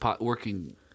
working